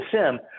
SIM